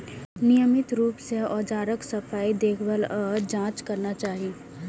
नियमित रूप सं औजारक सफाई, देखभाल आ जांच करना चाही